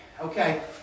Okay